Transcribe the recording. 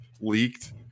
leaked